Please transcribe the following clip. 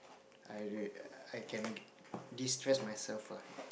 I I can distress myself ah